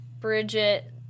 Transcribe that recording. Bridget